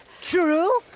True